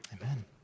Amen